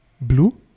Blue